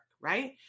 right